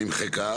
נמחקה,